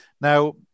Now